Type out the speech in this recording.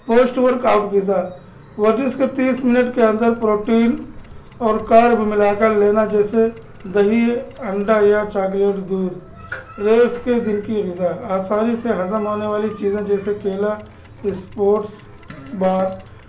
post workout غذا ورزش کے تیس منٹ کے اندر پروٹین اور کارب ملا کر لینا جیسے دہی انڈا یا چاکلیٹ دودھ ریس کے دن کی غذا آسانی سے ہضم ہونے والی چیزیں جیسے کیلا اسپورٹس بار